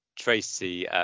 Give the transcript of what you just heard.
Tracy